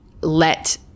let